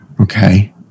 okay